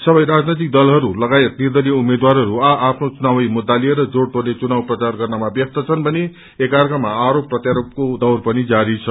सबै राजनैतिक दलहरू लगायत निर्दलीय उम्मेद्वारहरू आ आफनो चुनावी मुद्दा लिएर जोड़तोड़ले चुनाव प्रचार गर्नमा व्यस्त छन् भने एकार्कामा आरोप प्रत्यारोपको दौर पनि जारी छ